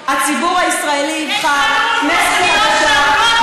הציבור הישראלי יבחר כנסת חדשה,